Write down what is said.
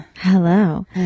Hello